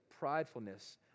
pridefulness